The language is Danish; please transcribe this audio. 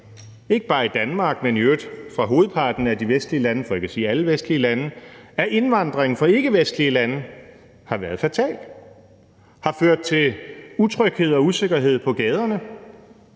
ikke bare i Danmark, men i øvrigt fra hovedparten af de vestlige lande – for ikke at sige alle vestlige lande – at indvandringen fra ikkevestlige lande har været fatal, at den har ført til utryghed og usikkerhed på gaderne,